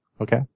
Okay